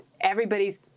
everybody's